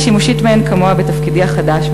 היא שימושית מאין כמוה בתפקידי החדש,